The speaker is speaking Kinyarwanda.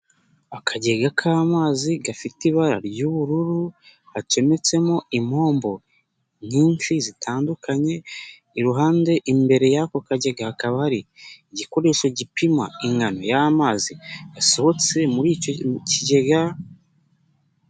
Akagega k'amazi gafite ibara ry'ubururu, hacometsemo impombo nyinshi zitandukanye, iruhande imbere y'ako kagega hakaba hari igikoresho gipima ingano y'amazi yasohotse muri icyo kigega.